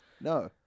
No